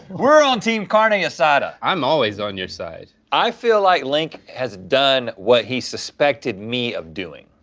we're on team carne yeah asada. i'm always on your side. i feel like link has done what he suspected me of doing.